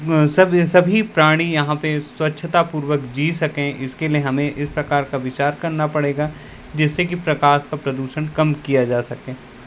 सभी प्राणी यहाँ पे स्वच्छतापूर्वक जी सके इसके लिए हमें इस प्रकार का विचार करना पड़ेगा जिससे कि प्रकाश प्रदूषण कम किया जा सके